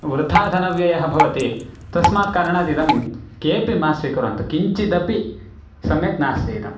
वृथा धनव्ययः भवति तस्मात् कारणात् इदं केपि मा स्वीकुर्वन्तु किञ्चिदपि सम्यक् नास्ति इदम्